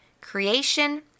creation